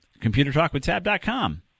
Computertalkwithtab.com